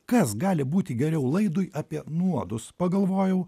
kas gali būti geriau laidui apie nuodus pagalvojau